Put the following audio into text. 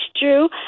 Drew